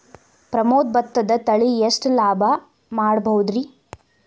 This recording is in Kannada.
ಪ್ರಮೋದ ಭತ್ತದ ತಳಿ ಎಷ್ಟ ಲಾಭಾ ಮಾಡಬಹುದ್ರಿ?